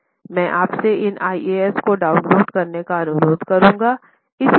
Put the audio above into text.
मैं आपसे इन IAS को डाउनलोड करने का अनुरोध करूँगा